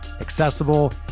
accessible